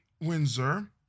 Windsor